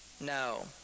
No